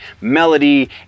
Melody